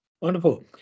Wonderful